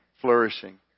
flourishing